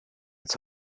its